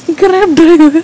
Grab driver